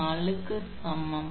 384 𝑟1 கூட 1